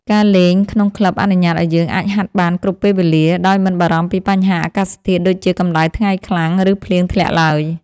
ការលេងក្នុងក្លឹបអនុញ្ញាតឱ្យយើងអាចហាត់បានគ្រប់ពេលវេលា ដោយមិនបារម្ភពីបញ្ហាអាកាសធាតុដូចជា កម្ដៅថ្ងៃខ្លាំង ឬភ្លៀងធ្លាក់ឡើយ។